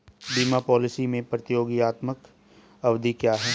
बीमा पॉलिसी में प्रतियोगात्मक अवधि क्या है?